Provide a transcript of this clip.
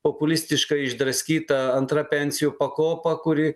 populistiškai išdraskyta antra pensijų pakopa kuri